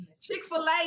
Chick-fil-A